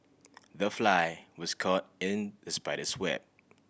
the fly was caught in the spider's web